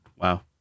wow